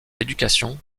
l’éducation